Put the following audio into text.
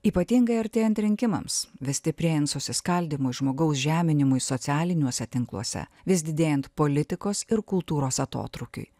ypatingai artėjant rinkimams vis stiprėjant susiskaldymui žmogaus žeminimui socialiniuose tinkluose vis didėjant politikos ir kultūros atotrūkiui